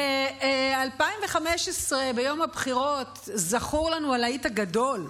ב-2015, ביום הבחירות, זכור לנו הלהיט הגדול: